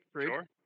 sure